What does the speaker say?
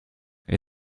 est